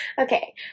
Okay